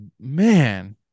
Man